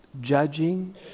Judging